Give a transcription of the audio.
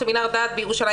סמינר הדעת בירושלים,